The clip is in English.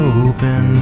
open